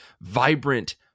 vibrant